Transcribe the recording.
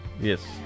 Yes